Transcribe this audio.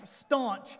staunch